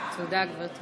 גברתי